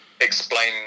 explain